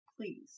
please